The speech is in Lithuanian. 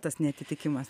tas neatitikimas